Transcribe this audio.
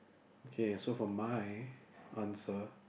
okay so for my answer